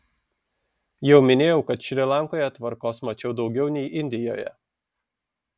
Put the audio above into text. jau minėjau kad šri lankoje tvarkos mačiau daugiau nei indijoje